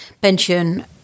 pension